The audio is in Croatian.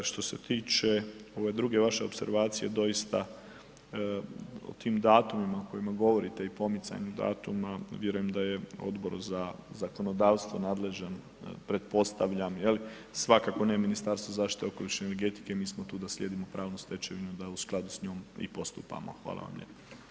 Što se tiče ove druge vaše opservacije, doista o tim datumima o kojima govorite i pomicanju datuma, vjerujem da je Odbor za zakonodavstvo nadležan, pretpostavljam jel', svakako ne Ministarstvo zaštite okoliše i energetike, mi smo tu da slijedimo pravnu stečevinu i da u skladu s njom i postupamo, hvala vam lijepa.